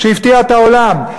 שהפתיעה את העולם,